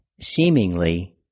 seemingly